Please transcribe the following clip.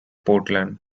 portland